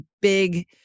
big